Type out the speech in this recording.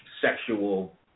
sexual